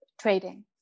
trading